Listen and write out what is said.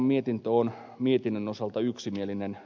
valiokunta oli mietinnön osalta yksimielinen